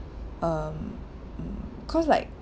um mm cause like